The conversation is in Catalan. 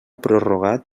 prorrogat